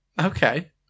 Okay